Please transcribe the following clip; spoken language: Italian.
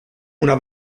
una